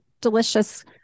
delicious